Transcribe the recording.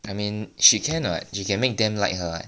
I mean she can [what] she can make them like her